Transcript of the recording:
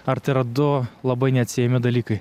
ar tai yra du labai neatsiejami dalykai